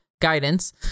guidance